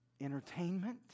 entertainment